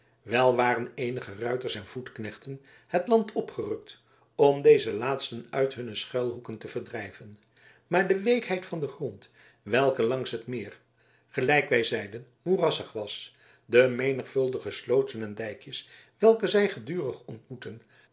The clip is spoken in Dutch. wel waren eenige ruiters en voetknechten het land opgerukt om deze laatsten uit hunne schuilhoeken te verdrijven maar de weekheid van den grond welke langs het meer gelijk wij zeiden moerassig was de menigvuldige slooten en dijkjes welke zij gedurig ontmoetten